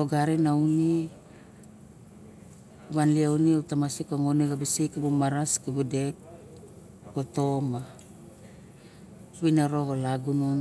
ogarin min me wanlie oire tamaxasik ke nonge kabu maras kabu dek ke to ma vinaro xa lamu xa lagunon.